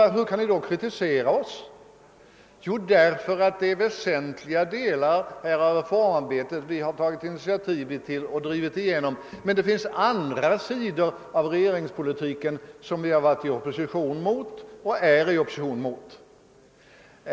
Hur kan ni då vid andra tillfällen kritisera oss?» Väsentliga delar av reformarbetet har vi tagit iniativ till och drivit fram, men det finns andra delar av regeringspolitiken som vi varit och är i opposition mot.